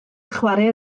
chwarae